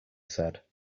said